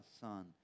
son